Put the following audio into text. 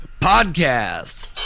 podcast